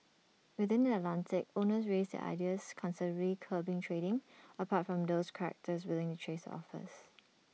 within the Atlantic owners raised their ideas considerably curbing trading apart from those charterers willing to chase the offers